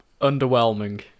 Underwhelming